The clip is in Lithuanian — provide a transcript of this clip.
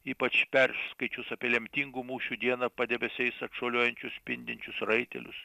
ypač perskaičius apie lemtingų mūšių dieną padebesiais atšuoliuojančius spindinčius raitelius